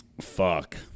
Fuck